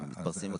זה מתפרסם בכתבות,